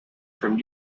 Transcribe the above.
from